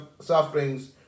sufferings